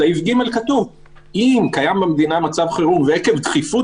בסעיף (ג) כתוב: "אם קיים במדינה מצב חירום ועקב דחיפות